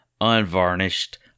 unvarnished